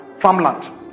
farmland